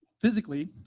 physically,